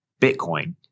Bitcoin